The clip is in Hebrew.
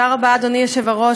אדוני היושב-ראש,